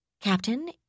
Captain